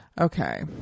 Okay